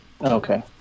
Okay